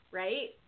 right